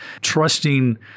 trusting